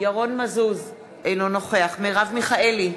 אינו נוכח מרב מיכאלי,